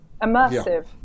Immersive